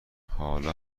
حالا